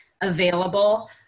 available